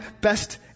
best